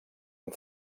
amb